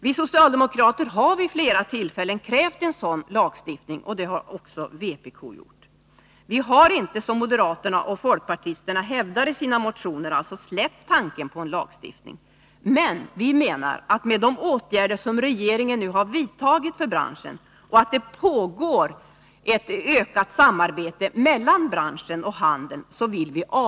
Vi socialdemokrater har vid flera tillfällen krävt en sådan här lagstiftning, vilket även vpk har gjort. Vi har inte — som moderaterna och folkpartisterna hävdar i sina motioner — släppt tanken på en lagstiftning, men vi vill avvakta resultatet av de åtgärder som regeringen har vidtagit för branschen och det pågående och ökande samarbetet mellan branschen och handeln.